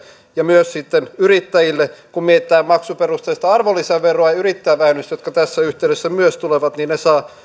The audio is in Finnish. ja myös sitten yrittäjille kun mietitään maksuperusteista arvonlisäveroa ja yrittäjävähennystä jotka tässä yhteydessä myös tulevat ne saavat